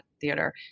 theater